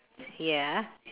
ya